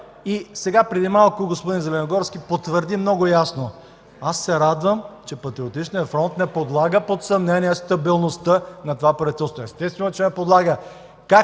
има и преди малко господин Зеленогорски много ясно потвърди: „Аз се радвам, че Патриотичният фронт не подлага под съмнение стабилността на това правителство.” Естествено, че не я подлага.